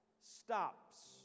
stops